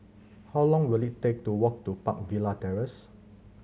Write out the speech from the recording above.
how long will it take to walk to Park Villa Terrace